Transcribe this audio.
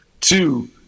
Two